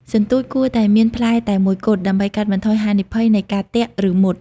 សន្ទូច គួរតែមានផ្លែតែមួយគត់ ដើម្បីកាត់បន្ថយហានិភ័យនៃការទាក់ ឬ មុត។